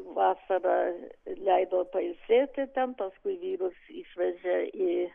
vasarą leido pailsėti ten paskui vyrus išvežė į